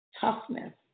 Toughness